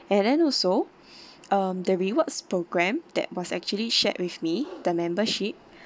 and then also um the rewards programme that was actually shared with me the membership